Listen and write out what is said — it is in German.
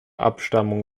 abstammung